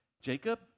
Jacob